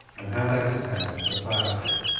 and held out his hand for the firestick.